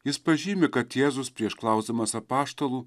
jis pažymi kad jėzus prieš klausdamas apaštalų